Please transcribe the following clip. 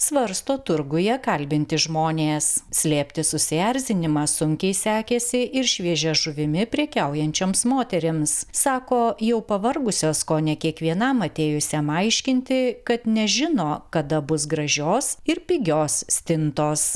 svarsto turguje kalbinti žmonės slėpti susierzinimą sunkiai sekėsi ir šviežia žuvimi prekiaujančioms moterims sako jau pavargusios kone kiekvienam atėjusiam aiškinti kad nežino kada bus gražios ir pigios stintos